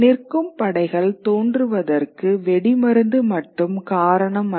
நிற்கும் படைகள் தோன்றுவதற்கு வெடி மருந்து மட்டும் காரணம் அல்ல